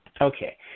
Okay